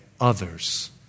others